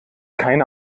keine